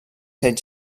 set